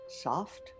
Soft